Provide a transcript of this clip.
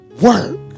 work